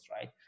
right